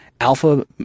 alpha